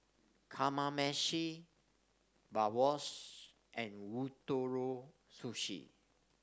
Kamameshi Bratwurst and Ootoro Sushi